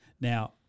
Now